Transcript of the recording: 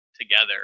together